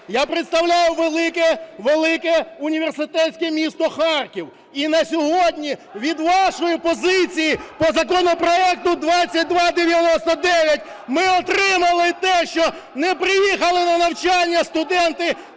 я представляю велике університетське місто Харків, і на сьогодні від вашої позиції по законопроекту 2299 ми отримали те, що не приїхали на навчання студенти